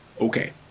okay